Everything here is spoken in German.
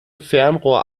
fernrohr